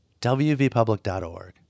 wvpublic.org